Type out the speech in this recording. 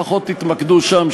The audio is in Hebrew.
לפחות תתמקדו שם,